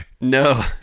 No